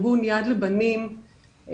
אני רוצה קודם כל לשלוח חיבוק גם לפרידה גם לאלי